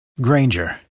Granger